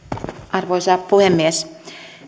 arvoisa puhemies